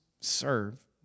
serve